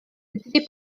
dydi